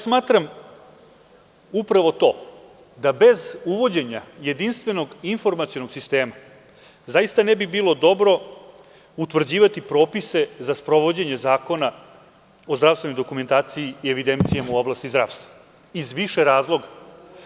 Smatram upravo to da bez uvođenja jedinstvenog informacionog sistema, zaista ne bi bilo dobro utvrđivati propise za sprovođenje Zakona o zdravstvenoj dokumentaciji i evidencija u oblasti zdravstva, iz više razloga.